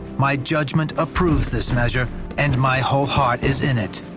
my judgment approved this measure and my whole heart is in it.